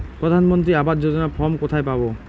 প্রধান মন্ত্রী আবাস যোজনার ফর্ম কোথায় পাব?